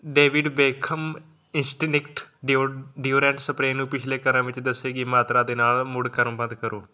David Beckham instinct deo deodorant spray ਨੂੰ ਪਿਛਲੇ ਕ੍ਰਮ ਵਿੱਚ ਦੱਸੀ ਗਈ ਮਾਤਰਾ ਦੇ ਨਾਲ ਮੁੜ ਕ੍ਰਮਬੱਧ ਕਰੋ